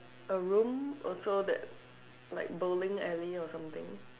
a room also that like bowling alley or something